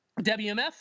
WMF